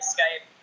Skype